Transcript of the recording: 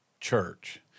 church